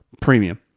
Premium